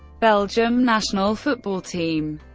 belgium national football team